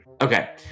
Okay